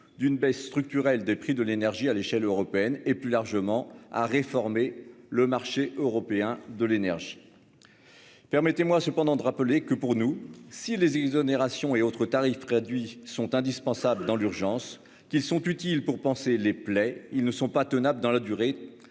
d'une baisse structurelle des prix de l'énergie à l'échelle européenne et plus largement à réformer le marché européen de l'énergie. Permettez-moi cependant de rappeler que pour nous si les exonérations et autres tarifs réduits sont indispensables dans l'urgence qu'ils sont utiles pour panser les plaies, ils ne sont pas tenables dans la durée